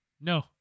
No